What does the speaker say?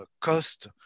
cost